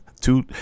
Two